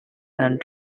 and